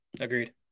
Agreed